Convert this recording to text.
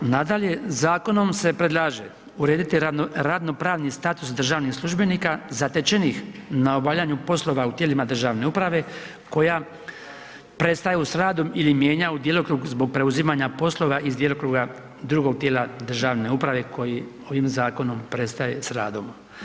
Nadalje, zakonom se predlaže urediti radno-pravni status državnih službenika zatečenih na obavljanju poslova u tijelima državne uprave koja prestaju sa radom ili mijenjaju djelokrug zbog preuzimanja poslova iz djelokruga drugog tijela državne uprave koji ovim zakonom prestaje s radom.